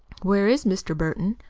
where is mr. burton?